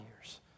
years